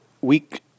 week